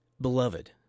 Beloved